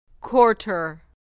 Quarter